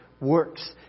works